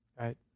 right